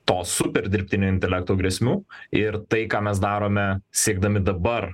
to superdirbtinio intelekto grėsmių ir tai ką mes darome siekdami dabar